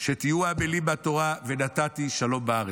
שתהיו עמלים בתורה "ונתתי שלום בארץ".